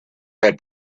had